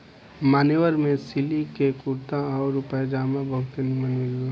मान्यवर में सिलिक के कुर्ता आउर पयजामा बहुते निमन मिलेला